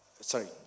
sorry